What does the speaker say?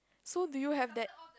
so do you have that